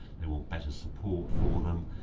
they want better support for them,